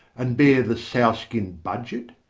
and bear the sow-skin budget,